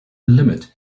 limit